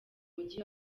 mujyi